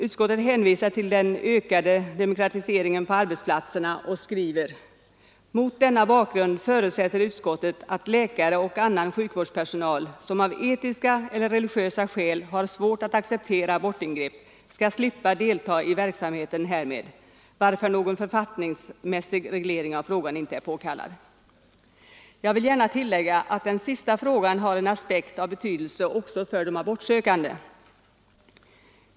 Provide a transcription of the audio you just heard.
Utskottet hänvisar till den ökade demokratiseringen på arbetsplatserna och skriver: ”Mot denna bakgrund förutsätter utskottet att läkare och annan sjukvårdspersonal som av etiska eller religiösa skäl har svårt att acceptera abortingrepp, skall slippa delta i verksamheten härmed, varför någon författningsmässig reglering av frågan inte är påkallad.” Jag vill gärna tillägga att den sista frågan har en aspekt av betydelse också för de abortsökande.